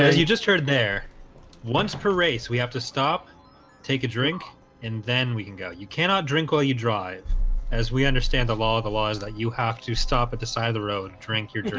you just heard their once per race we have to stop take a drink and then we can go you cannot drink while you drive as we understand the law of the law is that you have to stop at the side of the road drink your drink?